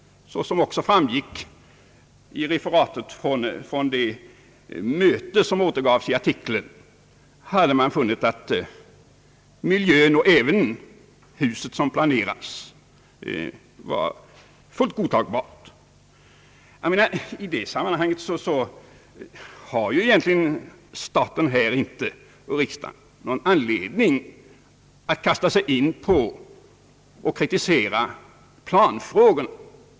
Såsom också framgick av referatet från det möte som återgavs i artikeln hade man funnit att miljön och även det hus som planeras var fullt godtagbara. I det läget har staten och riksdagen egentligen inte någon anledning att kritisera planfrågorna.